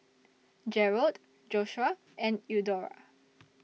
Jerold Joshuah and Eudora